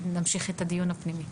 שנמשיך את הדיון הפנימי.